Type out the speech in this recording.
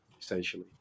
essentially